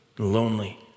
lonely